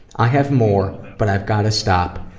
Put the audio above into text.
i have more, but i've got to stop.